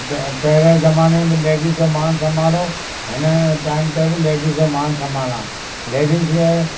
प पहिरें ज़माने में लेडीस जो मान सम्मान हुओ हिन टाइम ते बि लेडीस जो मान सम्मान आहे लेडीस खे